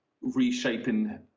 reshaping